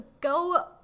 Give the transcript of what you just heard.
Go